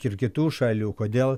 ir kitų šalių kodėl